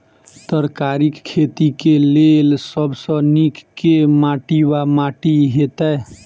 तरकारीक खेती केँ लेल सब सऽ नीक केँ माटि वा माटि हेतै?